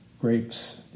grapes